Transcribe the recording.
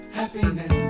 happiness